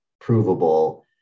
provable